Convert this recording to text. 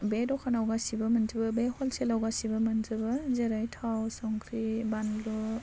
बे दखानाव गासैबो मोनजाबो बे हलसेलाव गासैबो मोनजोबो जेरै थाव संख्रि बानलु